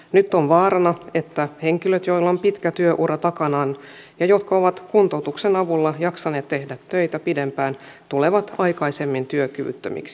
nyt on vaarana että henkilöt joilla on pitkä työura takanaan ja jotka ovat kuntoutuksen avulla jaksaneet tehdä töitä pitempään tulevat aikaisemmin työkyvyttömiksi